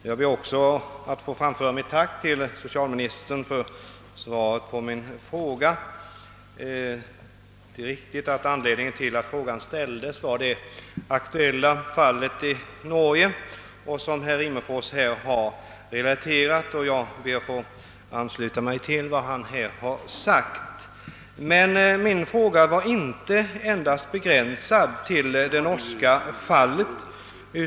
Herr talman! Också jag ber att få framföra mitt tack till socialministern för svaret. Det är riktigt att anledningen till att frågan ställdes var det aktuella fall i Norge, som herr Rimmerfors här relaterat, och jag ber att få ansluta mig till vad han sagt. Men min fråga begränsar sig inte till det norska fallet.